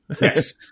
Yes